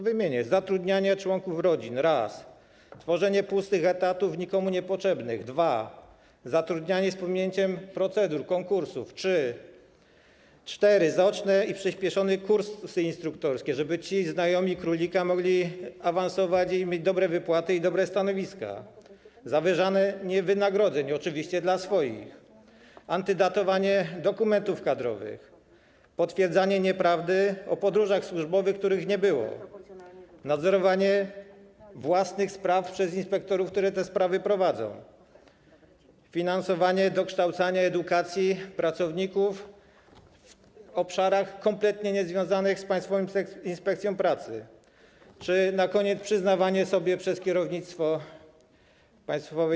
Wymienię: zatrudnianie członków rodzin, tworzenie pustych, nikomu niepotrzebnych etatów, zatrudnianie z pominięciem procedur, konkursów, zaoczne i przyspieszone kursy instruktorskie, żeby ci znajomi królika mogli awansować i mieć dobre wypłaty i dobre stanowiska, zawyżanie wynagrodzeń, oczywiście dla swoich, antydatowanie dokumentów kadrowych, potwierdzanie nieprawdy o podróżach służbowych, których nie było, nadzorowanie własnych spraw przez inspektorów, którzy te sprawy prowadzą, finansowanie dokształcania, edukacji pracowników w obszarach kompletnie niezwiązanych z Państwową Inspekcją Pracy czy na koniec przyznawanie sobie przez kierownictwo Państwowej